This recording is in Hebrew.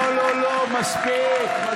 לא לא לא, מספיק.